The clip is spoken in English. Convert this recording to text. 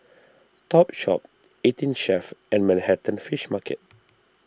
Topshop eighteen Chef and Manhattan Fish Market